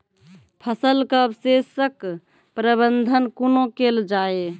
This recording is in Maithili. फसलक अवशेषक प्रबंधन कूना केल जाये?